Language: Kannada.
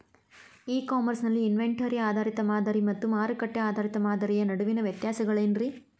ಇ ಕಾಮರ್ಸ್ ನಲ್ಲಿ ಇನ್ವೆಂಟರಿ ಆಧಾರಿತ ಮಾದರಿ ಮತ್ತ ಮಾರುಕಟ್ಟೆ ಆಧಾರಿತ ಮಾದರಿಯ ನಡುವಿನ ವ್ಯತ್ಯಾಸಗಳೇನ ರೇ?